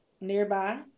nearby